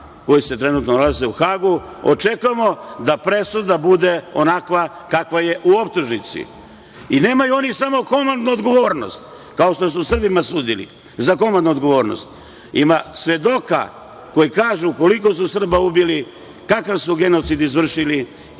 koje se trenutno nalaze u Hagu. Očekujemo da presuda bude onakva kava je u optužnici. Nemaju oni samo komandnu odgovornost, kao što su Srbima sudili za komandnu odgovornost, ima svedoka koji kažu koliko su Srba ubili, kakav su genocid izvršili,